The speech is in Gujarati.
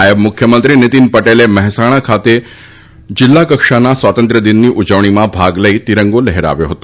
નાયબ મુખ્યમંત્રી નીતિન પટેલે મહેસાણા ખાતે જિલ્લા કક્ષાના સ્વાતંત્ર્ય દિનની ઉજવણીમાં ભાગ લઇ તિરંગો લહેરાવ્યો હતો